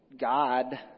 God